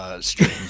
stream